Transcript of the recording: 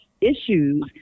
issues